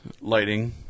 Lighting